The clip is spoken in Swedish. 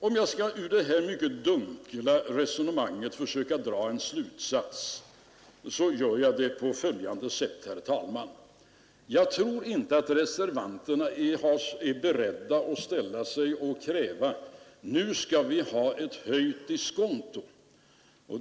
Om jag ur detta mycket dunkla resonemang skall försöka dra en slutsats gör jag det på följande sätt, herr talman. Jag tror inte att lerande åtgärder reservanterna är beredda att ställa sig upp och kräva: Nu skall vi ha ett höjt diskonto!